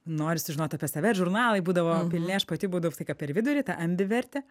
nori sužinot apie save ir žurnalai būdavo pilni aš pati būdavau visą laiką per vidurį ta ambivertė